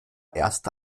erste